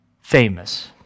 famous